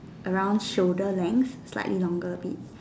around shoulder length slightly longer a bit